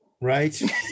Right